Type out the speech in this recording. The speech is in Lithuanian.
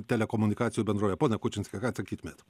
telekomunikacijų bendrove ponia kučinske ką atsakytumėt